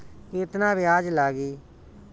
केतना ब्याज लागी?